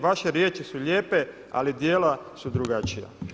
Vaše riječi su lijepe ali djela su drugačija.